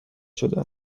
شده